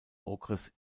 okres